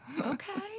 okay